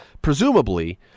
presumably